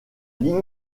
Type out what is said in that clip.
ligne